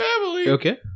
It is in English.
okay